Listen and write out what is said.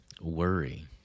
worry